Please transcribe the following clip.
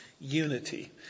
unity